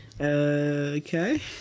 Okay